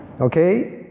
Okay